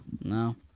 No